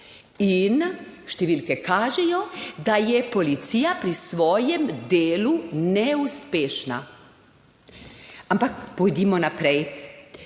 In številke kažejo, da je policija pri svojem delu neuspešna, ampak pojdimo naprej.